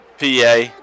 PA